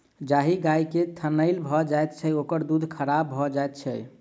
जाहि गाय के थनैल भ जाइत छै, ओकर दूध खराब भ जाइत छै